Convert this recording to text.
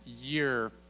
year